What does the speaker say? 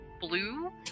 blue